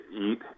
eat